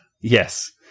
Yes